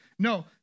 No